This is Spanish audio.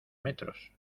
metros